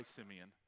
Simeon